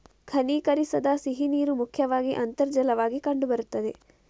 ಘನೀಕರಿಸದ ಸಿಹಿನೀರು ಮುಖ್ಯವಾಗಿ ಅಂತರ್ಜಲವಾಗಿ ಕಂಡು ಬರುತ್ತದೆ